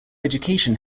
education